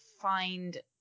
find